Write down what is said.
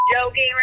joking